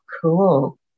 cool